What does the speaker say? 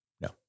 No